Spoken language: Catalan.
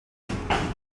passada